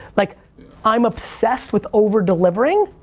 like i'm obsessed with over-delivering.